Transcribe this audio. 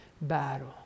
battle